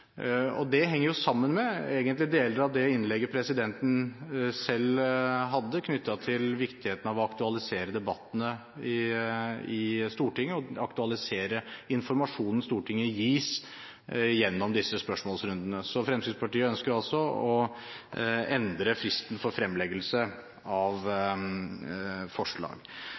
henger egentlig sammen med deler av det innlegget stortingspresidenten selv hadde, om viktigheten av å aktualisere debattene i Stortinget og å aktualisere informasjonen Stortinget gis gjennom disse spørsmålsrundene. Fremskrittspartiet ønsker altså å endre fristen for innlevering av